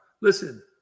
Listen